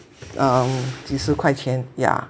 um 几十块钱 yeah